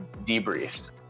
debriefs